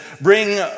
bring